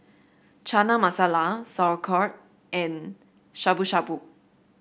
Chana Masala Sauerkraut and Shabu Shabu